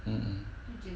mm mm